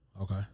Okay